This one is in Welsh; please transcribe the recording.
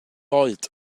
oed